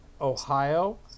Ohio